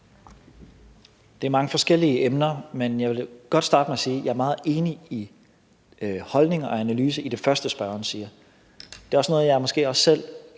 Det er mange forskellige emner, men jeg vil godt starte med at sige, at jeg er meget enig i holdning og analyse i det første, spørgeren siger. Det er måske også noget, som jeg selv